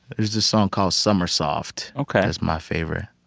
there's this song called summer soft. ok. that's my favorite.